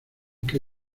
que